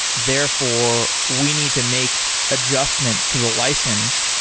therefore, we need to make adjustment to the license,